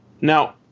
Now